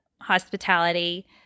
hospitality